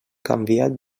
canviat